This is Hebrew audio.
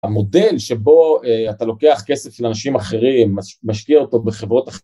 המודל שבו אתה לוקח כסף של אנשים אחרים ומשקיע אותו בחברות אחרות